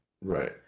right